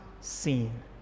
seen